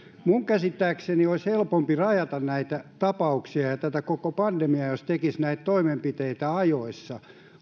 minun käsittääkseni olisi helpompi rajata näitä ta pauksia ja tätä koko pandemiaa jos tekisi näitä toimenpiteitä ajoissa